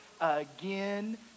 again